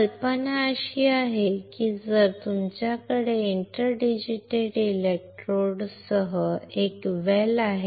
कल्पना अशी आहे की तुमच्याकडे इंटर डिजिटल इलेक्ट्रोड सह एक वेल आहे